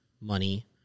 money